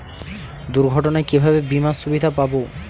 দুর্ঘটনায় কিভাবে বিমার সুবিধা পাব?